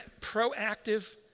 proactive